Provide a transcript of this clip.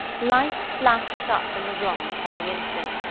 light flashed up in the room upon the instant,